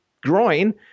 groin